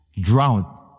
drought